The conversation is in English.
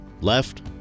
left